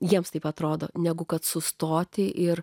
jiems taip atrodo negu kad sustoti ir